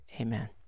amen